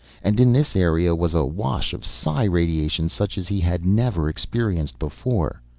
and in this area was a wash of psi radiation such as he had never experienced before.